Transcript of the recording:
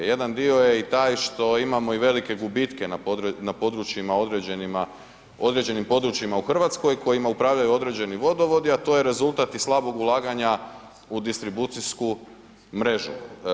Jedan dio je i taj što imamo i velike gubitke na određenim područjima u Hrvatskoj kojima upravljaju određeni vodovodi, a to je rezultat i slabog ulaganja u distribucijsku mrežu.